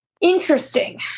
interesting